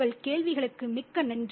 உங்கள் கேள்விகளுக்கு மிக்க நன்றி